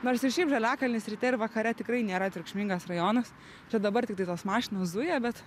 nors ir šiaip žaliakalnis ryte ir vakare tikrai nėra triukšmingas rajonas čia dabar tiktai tos mašinos zuja bet